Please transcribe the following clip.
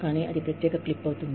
కానీ అది ప్రత్యేక క్లిప్ అవుతుంది